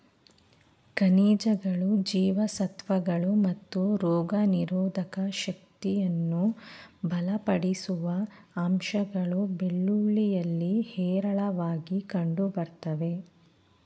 ಖನಿಜಗಳು ಜೀವಸತ್ವಗಳು ಮತ್ತು ರೋಗನಿರೋಧಕ ಶಕ್ತಿಯನ್ನು ಬಲಪಡಿಸುವ ಅಂಶಗಳು ಬೆಳ್ಳುಳ್ಳಿಯಲ್ಲಿ ಹೇರಳವಾಗಿ ಕಂಡುಬರ್ತವೆ